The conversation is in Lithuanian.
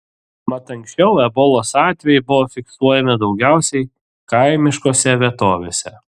mat anksčiau ebolos atvejai buvo fiksuojami daugiausiai kaimiškose vietovėse